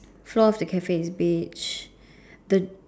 floor of the Cafe is beige the